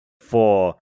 four